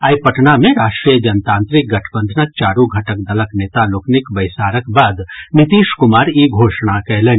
आइ पटना मे राष्ट्रीय जनतांत्रिक गठबंधनक चारू घटक दलक नेता लोकनिक बैसारक बाद नीतीश कुमार ई घोषणा कयलनि